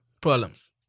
problems